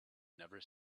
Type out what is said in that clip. never